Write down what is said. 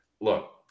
Look